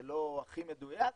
זה לא הכי מדויק,